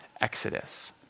Exodus